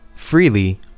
freely